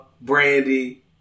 Brandy